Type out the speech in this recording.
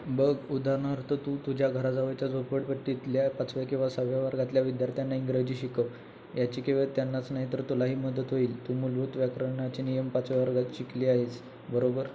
बघ उदाहरणार्थ तू तुझ्या घराजवळच्या झोपडपट्टीतल्या पाचव्या किंवा सहाव्या वर्गातल्या विद्यार्थ्यांना इंग्रजी शिकव याची केवळ त्यांनाच नाहीतर तुलाही मदत होईल तू मूलभूत व्याकरणाचे नियम पाचव्या वर्गात शिकली आहेस बरोबर